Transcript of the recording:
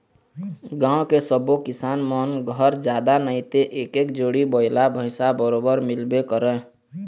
गाँव के सब्बो किसान मन घर जादा नइते एक एक जोड़ी बइला भइसा बरोबर मिलबे करय